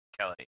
Kelly